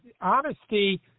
honesty